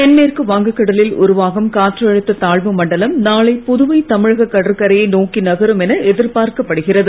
தென்மேற்கு வங்கக்கடலில் உருவாகும் காற்றழுத்த தாழ்வு மண்டலம் நாளை புதுவை தமிழக கடற்கரையை நோக்கி நகரும் என எதிர்பார்க்கப்படுகிறது